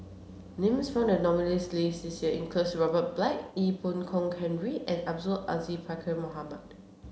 names found in the nominees' list this year include Robert Black Ee Boon Kong Henry and Abdul Aziz Pakkeer Mohamed